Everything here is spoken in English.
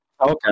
Okay